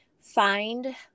find